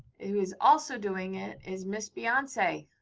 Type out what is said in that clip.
who is also doing it is miss beyonce.